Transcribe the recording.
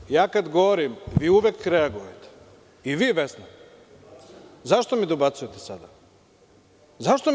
Znate šta, ja kada govorim vi uvek reagujete i vi Vesna, zašto mi dobacujete sada, zašto to?